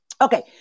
Okay